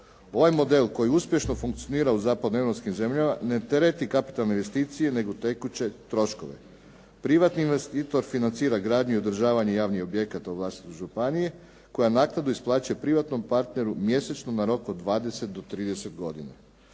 Ovaj model koji uspješno funkcionira u zapadnoeuropskim zemljama ne tereti kapitalne investicije, nego tekuće troškove. Privatni investitor financira gradnju i održavanje javnih objekata u vlasništvu županije koja naknadu isplaćuje privatnom partneru mjesečno na rok od 20 do 30 godina.